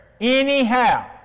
anyhow